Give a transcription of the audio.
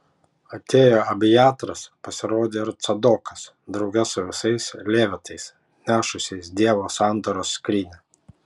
atėjo abjataras pasirodė ir cadokas drauge su visais levitais nešusiais dievo sandoros skrynią